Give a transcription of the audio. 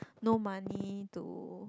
no money to